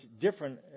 different